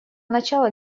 начала